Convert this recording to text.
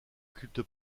culte